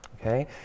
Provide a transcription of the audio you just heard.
Okay